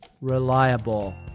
reliable